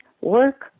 work